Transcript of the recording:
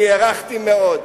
מאוד הערכתי.